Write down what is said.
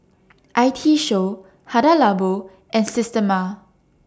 I T Show Hada Labo and Systema